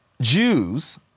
Jews